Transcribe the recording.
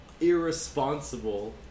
irresponsible